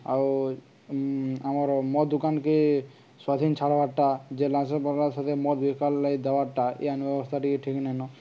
ଆଉ ଆମର ମଦ ଦୁକାନକେ ସ୍ଵାଧୀନ ଛାଡ଼ିବାର୍ଟା ଯେ ଲାସ ପାର ସ ମଦ ବିକିବାର ଲାଗି ଦେବାର୍ଟା ଏ ବ୍ୟବସ୍ଥା ଟିକେ ଠିକ ନାଇଁନ